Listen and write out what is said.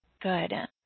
good